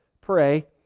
pray